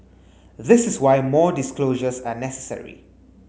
this is why more disclosures are necessary